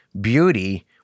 beauty